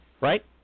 right